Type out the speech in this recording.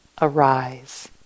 Arise